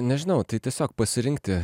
nežinau tai tiesiog pasirinkti